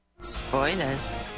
Spoilers